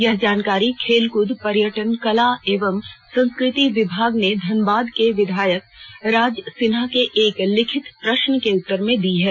यह जानकारी खेलकद पर्यटन कला एवं संस्कृति विभाग ने धनबाद के विधायक राज सिन्हा के एक लिखित प्रश्न के उत्तर में दी है